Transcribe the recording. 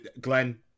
Glenn